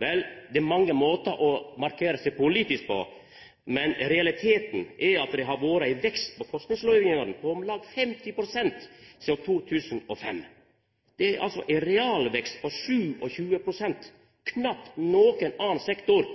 Vel, det er mange måtar å markera seg politisk på, men realiteten er at det har vore ein vekst i forskingsløyvingane på om lag 50 pst. sidan 2005. Det er altså ein realvekst på 27 pst. Knapt nokon annan sektor